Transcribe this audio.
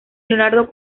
leonardo